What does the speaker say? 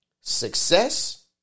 success